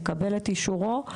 נקבל את אישורו,